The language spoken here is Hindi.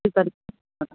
हाँ